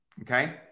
okay